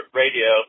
radio